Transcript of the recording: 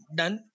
done